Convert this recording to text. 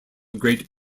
great